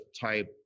type